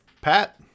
Pat